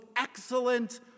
excellent